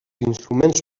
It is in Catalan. instruments